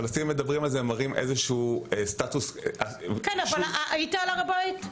כשפלסטינים מדברים על זה הם מראים איזשהו סטטוס --- היית על הר הבית?